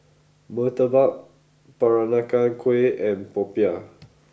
Murtabak Peranakan Kueh and Popiah